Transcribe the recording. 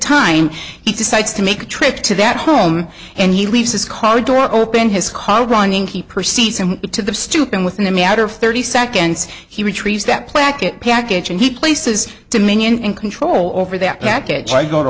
time he decides to make a trip to that home and he leaves his car door open his car running he perceives it to the stoop and within a matter of thirty seconds he retrieves that plaque it package and he places to minion and control over that package i go to